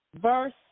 Verse